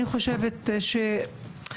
אני חושבת שכן,